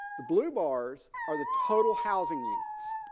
the blue bars are the total housing units.